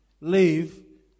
leave